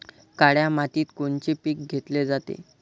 काळ्या मातीत कोनचे पिकं घेतले जाते?